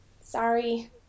Sorry